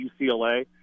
UCLA